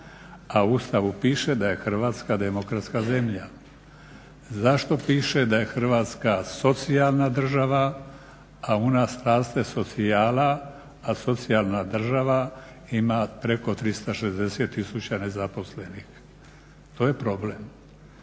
u Ustavu piše da je Hrvatska demokratska zemlja? Zašto piše da je Hrvatska socijalna država, a u nas raste socijala, a socijalna država ima preko 360 tisuća nezaposlenih? To je problem.